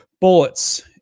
bullets